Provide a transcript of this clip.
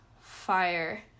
fire